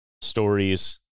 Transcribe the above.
stories